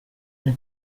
bien